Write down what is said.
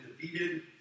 defeated